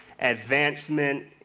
advancement